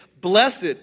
Blessed